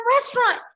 restaurant